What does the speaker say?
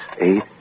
Eight